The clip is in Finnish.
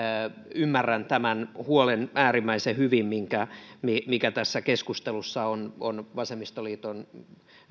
ymmärrän tämän huolen äärimmäisen hyvin mikä tässä keskustelussa on on vasemmistoliiton